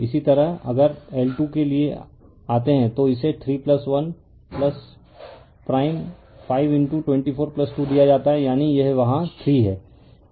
इसी तरह अगर L2 के लिए आते हैं तो इसे 31 प्राइम 5242 दिया जाता है यानी यह यहाँ 3 है